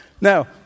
Now